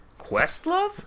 Questlove